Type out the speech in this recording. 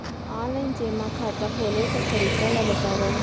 Online जेमा खाता खोले के तरीका ल बतावव?